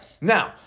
Now